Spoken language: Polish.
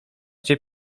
cię